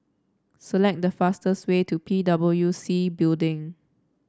select the fastest way to P W C Building